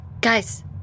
Guys